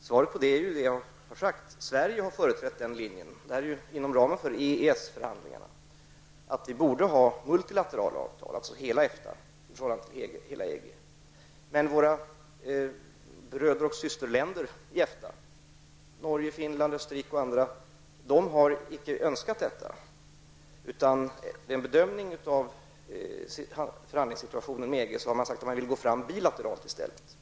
svaret har jag redan gett: Sverige har företrätt den linjen -- detta ligger ju inom ramen för EES-förhandlingarna -- att vi borde ha multilaterala avtal, dvs. hela EFTA i förhållande till hela EG. Men våra broder och systerländer i EFTA, Norge, Finland, Österrike och andra, har icke önskat detta. Man har, vid en bedömning av förhandlingssituationen med EG, sagt att man vill gå fram bilateralt i stället.